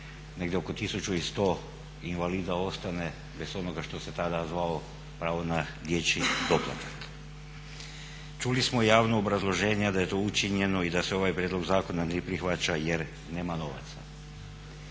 negdje oko 1100 invalida ostane bez onoga što se tada zvalo pravo na dječji doplatak. Čuli smo javno obrazloženje da je to učinjeno i da se ovaj prijedlog zakona ne prihvaća jer nema novaca.